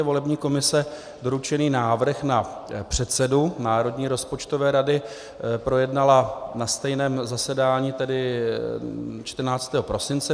Volební komise doručený návrh na předsedu Národní rozpočtové rady projednala na stejném zasedání, tedy 14. prosince.